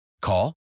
Call